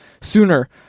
sooner